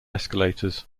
escalators